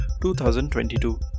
2022